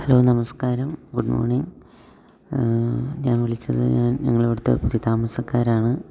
hello നമസ്കാരം good morning ഞാൻ വിളിച്ചത് ഞാൻ ഞങ്ങൾ ഇവിടുത്തെ പുതിയ താമസക്കാരാണ്